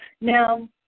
Now